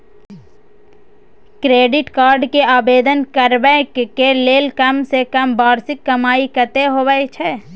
Credit card के आवेदन करबैक के लेल कम से कम वार्षिक कमाई कत्ते होबाक चाही?